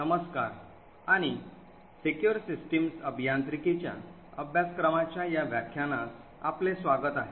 नमस्कार आणि secure system अभियांत्रिकीच्या अभ्यासक्रमाच्या या व्याख्यानास आपले स्वागत आहे